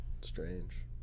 strange